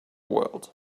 world